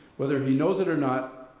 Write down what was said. whether he knows it or not,